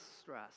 stress